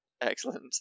Excellent